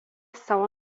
savo